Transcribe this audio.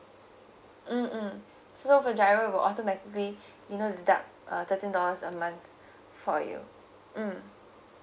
mm mm so for giro it will automatically you know deduct uh thirteen dollars a month for you mm